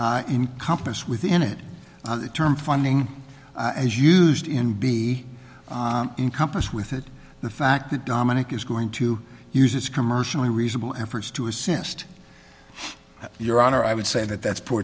funding compass within it the term funding as used in be encompassed with it the fact that dominic is going to use this commercially reasonable efforts to assist your honor i would say that that's